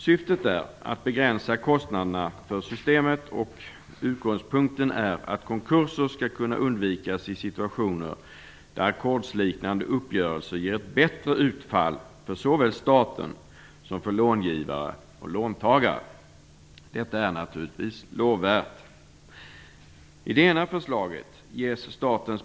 Syftet är att begränsa kostnaderna för systemet, och utgångspunkten är att konkurser skall kunna undvikas i situationer där ackordsliknande uppgörelser ger ett bättre utfall för såväl staten som för långivare och låntagare. Detta är naturligtvis lovvärt.